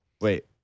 Wait